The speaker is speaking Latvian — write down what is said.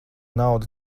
nauda